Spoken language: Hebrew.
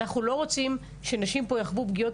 אנחנו לא רוצים שנשים יעברו פגיעות